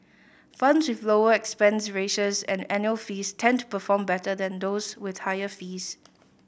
funds with lower expense ratios and annual fees tend to perform better than those with higher fees